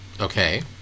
Okay